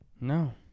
No